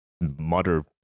mother